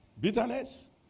Bitterness